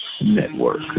Network